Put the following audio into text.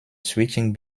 switching